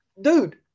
Dude